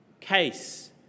case